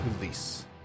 release